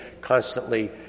constantly